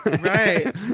Right